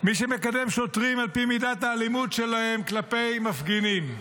מי שמקדם שוטרים על פי מידת האלימות שלהם כלפי מפגינים.